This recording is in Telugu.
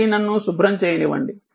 కాబట్టి నన్ను శుభ్రం చేయనివ్వండి